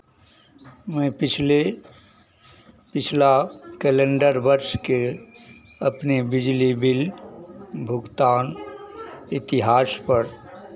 मैं पिछले पिछला कैलेण्डर वर्ष के अपने बिजली बिल भुगतान इतिहास पर परीश परसमिस बंगाल राज विद्युत वितरण कम्पनी लिमिटेड से एक रिपोर्ट का अनुरोध करना चाहता हूँ